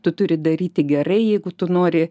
tu turi daryti gerai jeigu tu nori